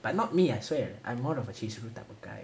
but not me I swear I'm more of a chisoo type guy